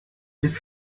bis